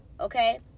Okay